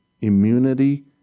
immunity